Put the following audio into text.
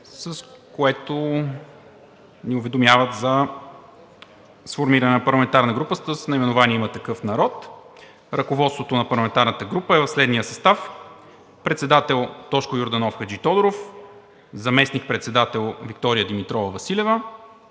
с което ни уведомяват за сформиране на парламентарна група с наименование „Има такъв народ“. Ръководството на парламентарната група е в следния състав: председател – Тошко Йорданов Хаджитодоров; заместник-председател – Виктория Димитрова Василева;